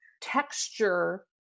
texture